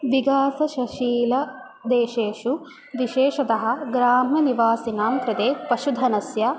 विगकासशीलदेशेषु विशेषतः ग्राम्यनिवासिनां कृते पशुधनस्य